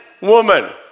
woman